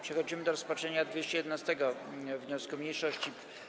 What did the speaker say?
Przechodzimy do rozpatrzenia 211. wniosku mniejszości.